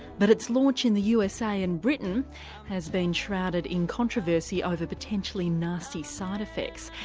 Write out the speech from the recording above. but its launch in the usa and britain has been shrouded in controversy over potentially nasty side effects.